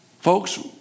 folks